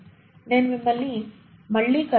నేను మిమ్మల్ని మళ్ళీ కలుస్తాను